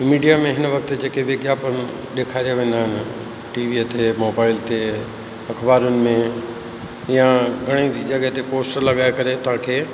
media में हिन वक़्ति जेके विज्ञापन ॾेखारियां वेंदा आहिनि टीवीअ ते मोबाइल ते अखबारुनि में या घणई जी जॻहि ते पोस्टर लॻाए करे तव्हां खे